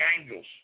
angels